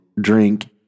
drink